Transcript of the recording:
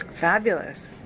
Fabulous